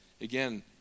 Again